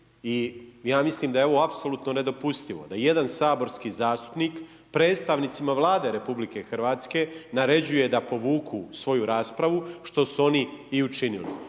ja mislim da je ovo apsolutno nedopustivo. Da jedan saborski zastupnik, predstavnicima Vlade RH naređuje da povuku svoju raspravu što su oni i učinili.